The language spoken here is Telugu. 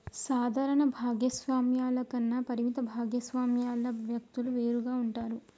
సాధారణ భాగస్వామ్యాల కన్నా పరిమిత భాగస్వామ్యాల వ్యక్తులు వేరుగా ఉంటారు